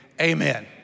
Amen